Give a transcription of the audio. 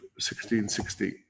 1660